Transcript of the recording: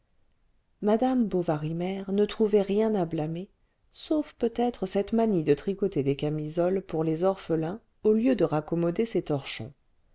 madame bovary mère ne trouvait rien à blâmer sauf peut-être cette manie de tricoter des camisoles pour les orphelins au lieu de raccommoder ses torchons